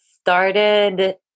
started